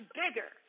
bigger